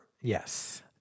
Yes